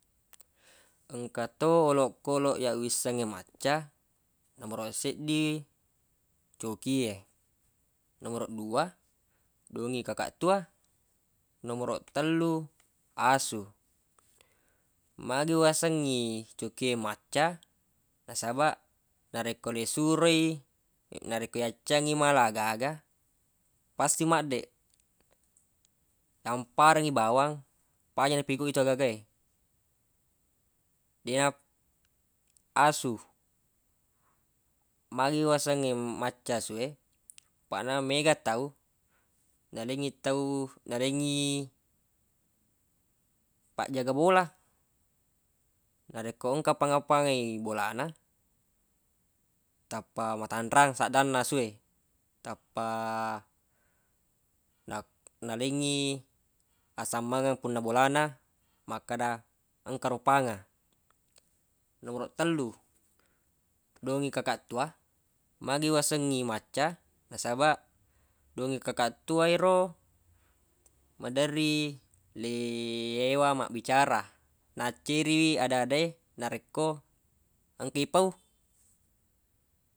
Engka to olokoloq iyya wissengnge macca nomoroq seddi coki e nomoroq dua dongiq kakaq tua nomoroq tellu asu magi wasengngi coki e macca nasabaq narekko lesuroi narekko yacciangngi mala agaga pasti maddeq namparengngi bawang paja napigau yetu agaga e asu magi wasengngi macca asu e paq na mega tau nalengngi tau nalengngi pajjaga bola narekko engka panga-pangai bola na tappa matanrang saddanna asu e tappa na- nalengngi asammengeng punna bola na makkada engka ro pangan nomoroq tellu dongiq kakaq tua magi wasengngi macca nasabaq dongiq kakaq tua e ro maderri le yewa mabbicara nacceriwi ada-ada e narekko engka ipau